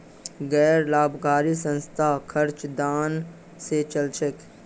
गैर लाभकारी संस्थार खर्च दान स चल छेक